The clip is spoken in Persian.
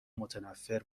متنفر